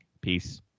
Peace